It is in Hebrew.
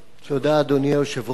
אדוני היושב-ראש,